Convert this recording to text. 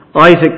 Isaac